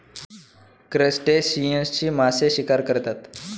क्रस्टेशियन्सची मासे शिकार करतात